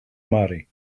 marry